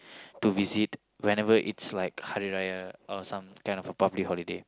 to visit whenever it's like Hari Raya or some kind of a public holiday